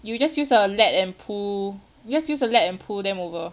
you just use a lead and pull you just use a lead and pull them over